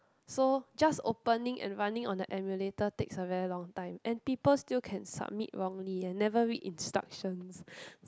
so just opening and running on the emulator takes a very long time and people still can submit wrongly and never read instructions